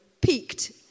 Peaked